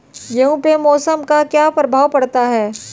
गेहूँ पे मौसम का क्या प्रभाव पड़ता है?